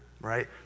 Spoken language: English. Right